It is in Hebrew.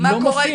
לא מופיע.